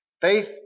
Faith